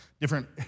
different